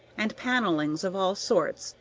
and panellings of all sorts,